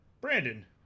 Brandon